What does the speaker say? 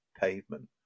pavement